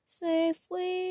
safely